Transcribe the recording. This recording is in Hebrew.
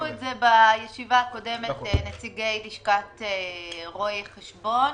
העלו את זה בישיבה הקודמת נציגי לשכת רואי חשבון.